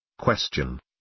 Question